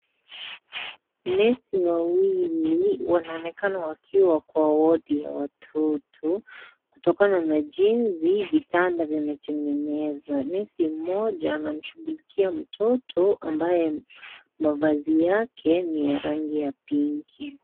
Nesi wawili wanaonekana wakiwa kwa wodi ya watoto kutokana na jinsi vitanda vimetengenezwa, nesi mmoja anamshugulikia mtoto ambaye mavazi yake ni rangi ya pink.